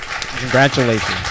Congratulations